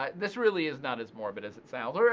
ah this really is not as morbid as it sounds.